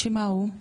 שמה הוא?